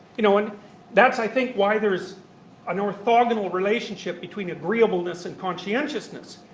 you know and that's, i think, why there's an orthogonal relationship between agreeableness and conscientiousness.